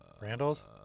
Randall's